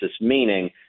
meaning